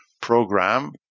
program